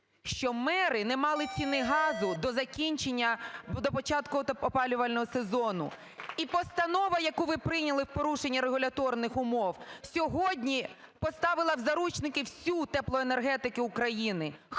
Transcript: що мери не мали ціни газу до закінчення… до початку опалювального сезону. І постанова, яку ви прийняли в порушення регуляторних умов, сьогодні поставила в заручники всю теплоенергетику України.